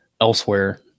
elsewhere